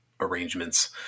arrangements